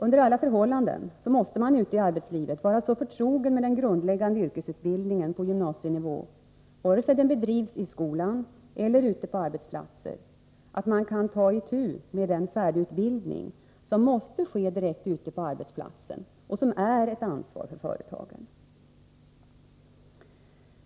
Under alla förhållanden måste man ute i arbetslivet vara så förtrogen med den grundläggande yrkesutbildningen på gymnasienivå — vare sig den bedrivs i skolan eller ute på arbetsplatserna — att man kan ta itu med den färdigutbildning som måste ske direkt ute på arbetsplatsen och som innebär ett ansvar för företagen.